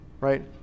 right